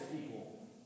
people